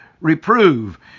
Reprove